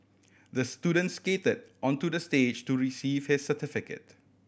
the student skated onto the stage to receive his certificate